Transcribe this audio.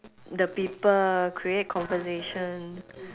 the people create conversation